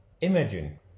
Imagine